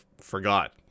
forgot